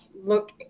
look